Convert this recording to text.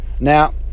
Now